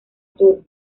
sur